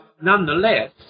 nonetheless